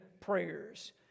prayers